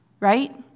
right